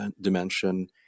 dimension